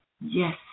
Yes